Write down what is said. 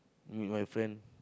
meet my friend